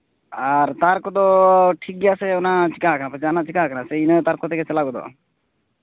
ᱟᱨ ᱛᱟᱨ ᱠᱚᱫᱚ ᱴᱷᱤᱠ ᱜᱮᱭᱟ ᱥᱮ ᱚᱱᱟ ᱪᱤᱠᱟ ᱠᱟᱱᱟ ᱯᱟᱪᱮᱜ ᱡᱟᱦᱟᱱᱟᱜ ᱪᱤᱠᱟ ᱠᱟᱱᱟ ᱥᱮ ᱤᱱᱟᱹ ᱛᱟᱨ ᱠᱚᱛᱮᱜᱮ ᱪᱟᱞᱟᱣ ᱜᱚᱫᱚᱜᱼᱟ